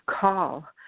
call